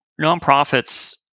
nonprofits